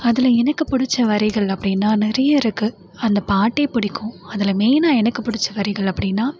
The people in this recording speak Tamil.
அதில் எனக்கு பிடிச்ச வரிகள் அப்படினா நிறைய இருக்குது அந்த பாட்டே பிடிக்கும் அதில் மெயினா எனக்கு பிடிச்ச வரிகள் அப்படினா